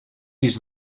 use